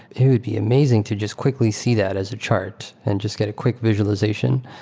it would be amazing to just quickly see that as a chart and just get a quick visualization.